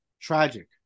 tragic